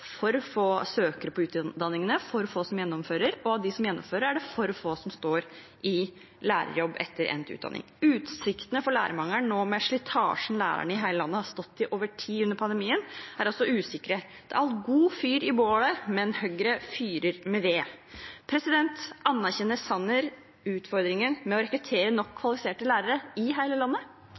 for få søkere til utdanningene, for få som gjennomfører utdanningen, og av dem som gjennomfører, er det for få som står i lærerjobb etter endt utdanning. Utsiktene for lærermangel nå, med slitasjen lærere i hele landet har stått i over tid under pandemien, er også usikre. Det er alt god fyr i bålet, men Høyre «fyrer med ved». Anerkjenner Sanner utfordringen med å rekruttere nok kvalifiserte lærere i hele landet?